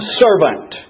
servant